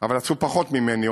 אבל עשו פחות ממני,